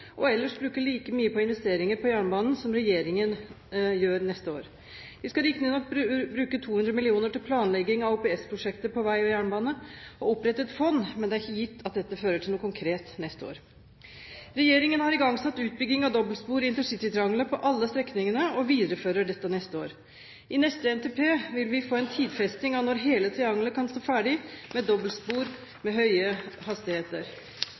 og ellers bruke like mye på investeringer på jernbanen som regjeringen gjør neste år. De skal riktignok bruke 200 mill. kr til planlegging av OPS-prosjekter på vei og jernbane, og opprette et fond, men det er ikke gitt at dette fører til noe konkret neste år. Regjeringen har igangsatt utbygging av dobbeltspor i intercitytriangelet på alle strekningene og viderefører dette neste år. I neste NTP vil vi få en tidfesting av når hele triangelet kan stå ferdig med dobbeltspor for høye hastigheter.